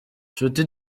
nshuti